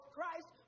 Christ